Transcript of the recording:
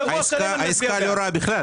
שבוע שלם אני מצביע בעד.